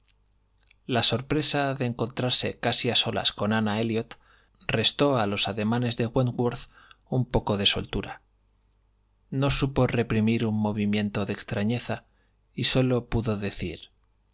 la sorpresa de encontrarse casi a solas con ana elliot restó a los ademanes de wentworth un poco de soltura no supo reprimir un movimiento de extrañeza y sólo pudo decir